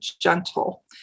gentle